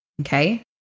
Okay